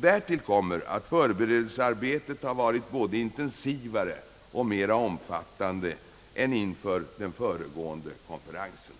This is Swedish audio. Därtill kommer att förberedelsearbetet inför konferensen varit både intensivare och mer omfattande än inför den föregående konferensen.